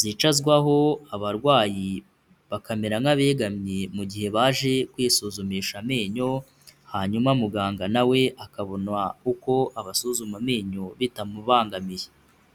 zicazwaho abarwayi bakamera nk'abegamye mu gihe baje kwisuzumisha amenyo hanyuma muganga na we akabona uko abasuzuma amenyo bitamubangamiye.